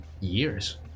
years